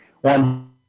one